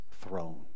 throne